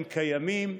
הם קיימים,